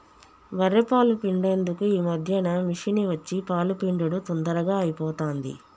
బఱ్ఱె పాలు పిండేందుకు ఈ మధ్యన మిషిని వచ్చి పాలు పిండుడు తొందరగా అయిపోతాంది